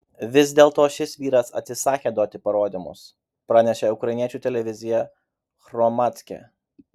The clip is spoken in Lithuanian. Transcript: vis dėlto šis vyras atsisakė duoti parodymus pranešė ukrainiečių televizija hromadske